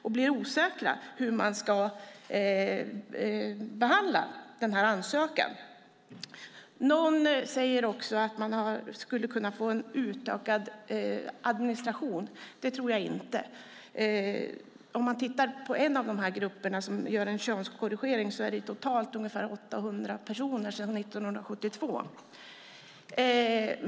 De blir osäkra på hur de ska behandla den här ansökan. Någon säger också att man skulle kunna få en större administration. Det tror jag inte. Den grupp som har gjort en könskorrigering består av totalt ungefär 800 personer sedan 1972.